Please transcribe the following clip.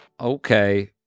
Okay